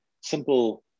simple